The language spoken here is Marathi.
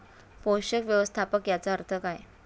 पोषक व्यवस्थापन याचा अर्थ काय?